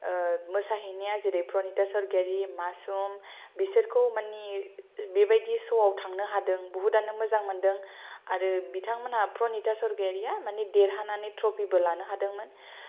मोसाहैनाया जेरै प्रनिता सर्गयारि मासुम बिसोरखौ मानि बेबादि श'आव थांनो हादों बहुत आनो मोजां मोनदों आरो बिथां मोनहा प्रनिता सर्गयारिया मानि देरहानानै ट्रपिबो लानो हादोंमोन